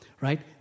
right